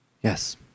Yes